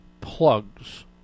plugs